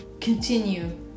continue